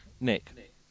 Nick